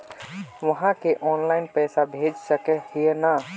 आहाँ के ऑनलाइन पैसा भेज सके है नय?